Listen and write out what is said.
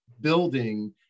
building